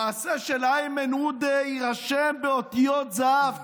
המעשה של איימן עודה יירשם באותיות זהב.